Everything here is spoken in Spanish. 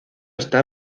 está